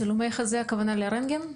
בצילומי חזה הכוונה לרנטגן?